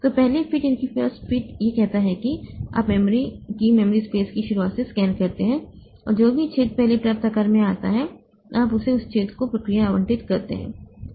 तो पहले फिट यह कहता है कि आप मेमोरी की मेमोरी स्पेस की शुरुआत से स्कैन करते हैं और जो भी छेद पहले पर्याप्त आकार में आता है आप उसे उस छेद को प्रक्रिया आवंटित करते हैं